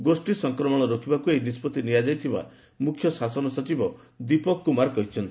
ଗୋଷୀ ସଂକ୍ରମଣ ରୋକିବାକୁ ଏହି ନିଷ୍କଭି ନିଆଯାଇଥିବା ମୁଖ୍ୟ ଶାସନ ସଚିବ ଦୀପକ୍ କୁମାର କହିଛନ୍ତି